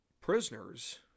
prisoners